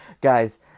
Guys